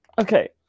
okay